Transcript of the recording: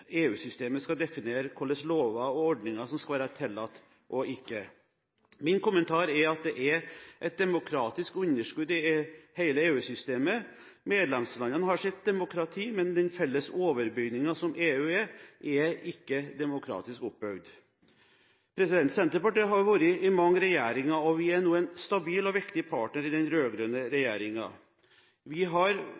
skal definere hvilke lover og ordninger som skal være tillatt og ikke. Min kommentar er at det er et demokratisk underskudd i hele EU-systemet. Medlemslandene har sitt demokrati, men den felles overbygningen som EU er, er ikke demokratisk oppbygd. Senterpartiet har vært i mange regjeringer, og vi er nå en stabil og viktig partner i den